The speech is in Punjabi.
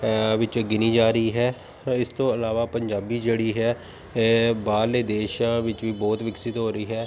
ਵਿੱਚ ਗਿਣੀ ਜਾ ਰਹੀ ਹੈ ਇਸ ਤੋਂ ਇਲਾਵਾ ਪੰਜਾਬੀ ਜਿਹੜੀ ਹੈ ਬਾਹਰਲੇ ਦੇਸ਼ਾਂ ਵਿੱਚ ਵੀ ਬਹੁਤ ਵਿਕਸਿਤ ਹੋ ਰਹੀ ਹੈ